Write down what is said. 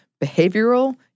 behavioral